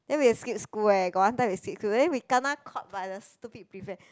then we skip school eh got one time we skip school then we kena caught by the stupid prefect